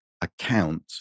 account